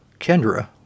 Kendra